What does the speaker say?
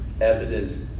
evident